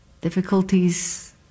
difficulties